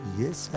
yes